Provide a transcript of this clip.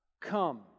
come